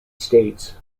states